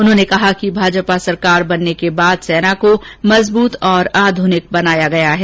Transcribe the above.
उन्होंने कहा कि भाजपा सरकार बनने के बाद सेना को मजबूत और आधुनिक बनाया गया है